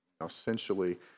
essentially